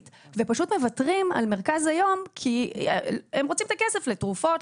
ופשוט מוותרים על מרכז היום כי הם רוצים את הכסף לתרופות,